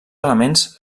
elements